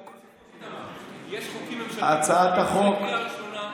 יש חוקים ממשלתיים, אחרי קריאה ראשונה,